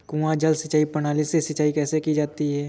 कुआँ जल सिंचाई प्रणाली से सिंचाई कैसे की जाती है?